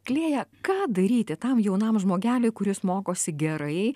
klėja ką daryti tam jaunam žmogeliui kuris mokosi gerai